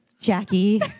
Jackie